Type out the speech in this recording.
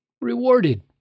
rewarded